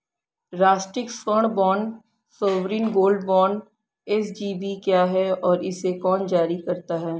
राष्ट्रिक स्वर्ण bond sovereign gold bond SGB क्या है और इसे कौन जारी करता है?